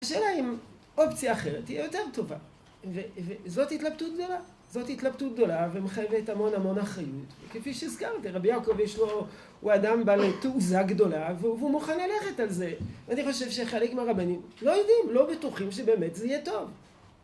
השאלה היא אם אופציה אחרת תהיה יותר טובה, וזאת התלבטות גדולה, זאת התלבטות גדולה, ומחייבת המון המון אחריות, כפי שהזכרתי, רבי יעקב יש לו... הוא אדם בעל תעוזה גדולה והוא מוכן ללכת על זה, ואני חושב שחלק מהרבנים לא יודעים, לא בטוחים שבאמת זה יהיה טוב